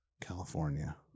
California